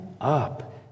up